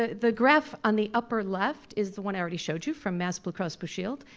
ah the graph on the upper left is the one i already showed you from mass blue cross blue shield,